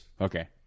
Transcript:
Okay